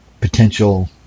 potential